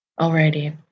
Alrighty